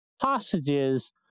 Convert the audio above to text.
hostages